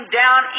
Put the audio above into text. down